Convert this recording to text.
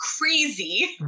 crazy